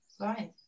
right